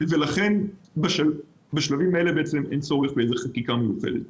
ולכן גם אין צורך בחקיקה מיוחדת.